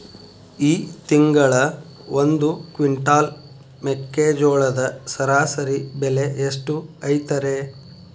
ಈ ತಿಂಗಳ ಒಂದು ಕ್ವಿಂಟಾಲ್ ಮೆಕ್ಕೆಜೋಳದ ಸರಾಸರಿ ಬೆಲೆ ಎಷ್ಟು ಐತರೇ?